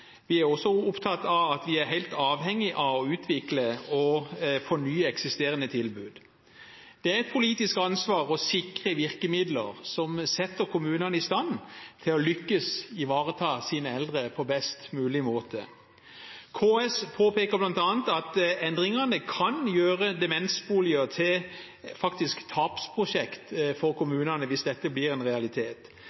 vi er også helt avhengig av å utvikle og fornye eksisterende tilbud. Det er et politisk ansvar å sikre virkemidler som setter kommunene i stand til å lykkes i å ivareta sine eldre på best mulig måte. KS påpeker bl.a. at endringene faktisk kan gjøre demensboliger til tapsprosjekt for